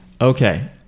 Okay